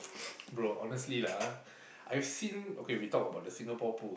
bro honestly lah I've seen okay we talk about the Singapore Pools